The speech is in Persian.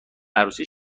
عروسی